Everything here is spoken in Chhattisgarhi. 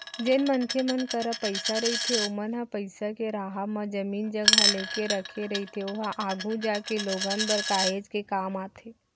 जेन मनखे मन करा पइसा रहिथे ओमन ह पइसा के राहब म जमीन जघा लेके रखे रहिथे ओहा आघु जागे लोगन बर काहेच के काम आथे